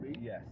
yes